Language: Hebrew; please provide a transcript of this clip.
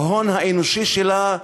בהון האנושי שלה,